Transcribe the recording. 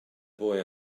boy